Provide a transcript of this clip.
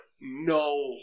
no